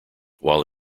while